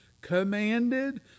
commanded